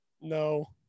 No